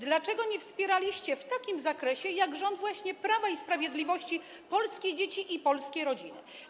Dlaczego nie wspieraliście w takim zakresie jak rząd Prawa i Sprawiedliwości, polskich dzieci i polskich rodzin?